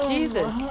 Jesus